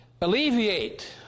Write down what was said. alleviate